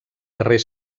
carrer